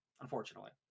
unfortunately